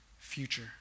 Future